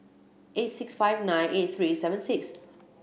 eight six five nine eight three seven six